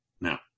Now